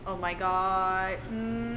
oh my god mm